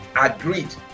agreed